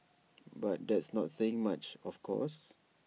but that's not saying much of course